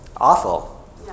awful